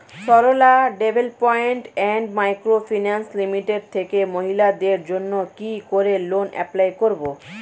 Sarala development and micro finance limited থেকে মহিলাদের জন্য কি করে লোন এপ্লাই করব?